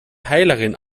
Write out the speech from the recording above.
heilerin